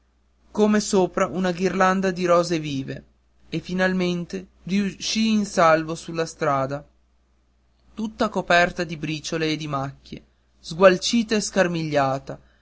come sopra una ghirlanda di rose vive e finalmente riuscì in salvo sulla strada tutta coperta di briciole e di macchie sgualcita e scarmigliata